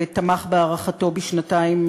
תמך בהארכתו בשנתיים.